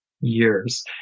years